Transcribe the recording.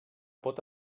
pot